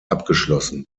abgeschlossen